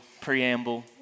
preamble